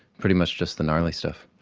pretty much just the gnarly stuff.